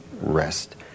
rest